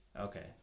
Okay